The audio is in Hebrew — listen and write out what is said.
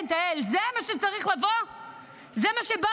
זה מה שצריך לבוא?